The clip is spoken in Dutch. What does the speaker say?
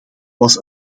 was